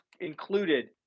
included